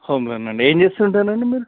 హోమ్లోనా అండి ఏం చేస్తూ ఉంటారండి మీరు